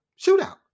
shootout